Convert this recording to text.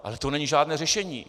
Ale to není žádné řešení.